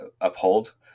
uphold